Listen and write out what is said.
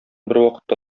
бервакытта